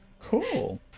Cool